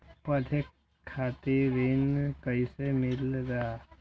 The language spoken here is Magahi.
पढे खातीर ऋण कईसे मिले ला?